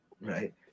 right